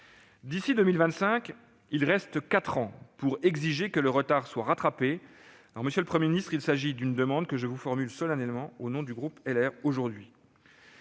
D'ici à 2025, il reste quatre ans pour exiger que le retard soit rattrapé ; monsieur le Premier ministre, il s'agit d'une demande que je vous adresse solennellement aujourd'hui,